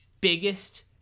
biggest